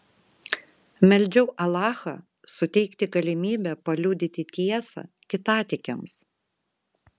meldžiau alachą suteikti galimybę paliudyti tiesą kitatikiams